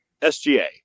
SGA